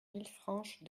villefranche